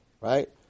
right